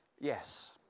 Yes